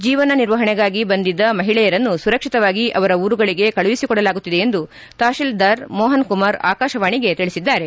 ಜೀವನ ನಿರ್ವಹಣೆಗಾಗಿ ಬಂದಿದ್ದ ಮಹಿಳೆಯರನ್ನು ಸುರಕ್ಷಿತವಾಗಿ ಅವರ ಊರುಗಳಿಗೆ ಕಳುಹಿಸಿಕೊಡಲಾಗುತ್ತಿದೆ ಎಂದು ತಪಸೀಲ್ದಾರ್ ಮೋಹನ್ ಕುಮಾರ್ ಆಕಾಶವಾಣಿಗೆ ತಿಳಿಸಿದ್ದಾರೆ